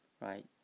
right